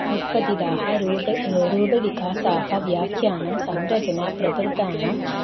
उत्पतिताः रूपम् रूपविकासाः व्याख्यानं संरचनाप्रभृतानां